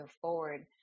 forward